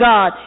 God